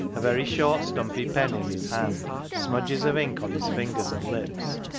a very short stumpy pen in his hand, smudges of ink on his fingers and lips,